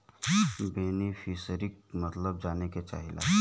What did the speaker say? बेनिफिसरीक मतलब जाने चाहीला?